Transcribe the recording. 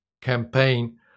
campaign